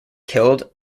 killed